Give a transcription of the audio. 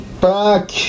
Back